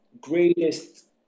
greatest